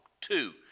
Two